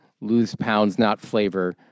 lose-pounds-not-flavor